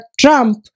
Trump